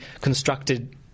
constructed